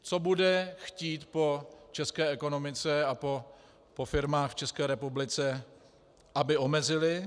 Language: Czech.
Co bude chtít po české ekonomice a po firmách v České republice, aby omezily.